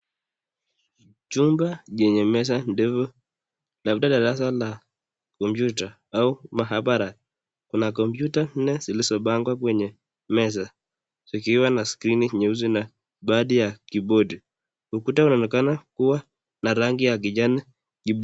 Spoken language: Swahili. Chumba vyenye meza ndefu labda darasa na komputa au mahabara kuna komputa nne zilizopangwa kwenye meza zikiwa na skrini nyeusi na baadi ya keybodii, ukuta unaonekana kua na rangi ya kijani kibichi.